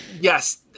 Yes